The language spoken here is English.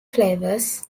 flavours